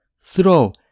Throw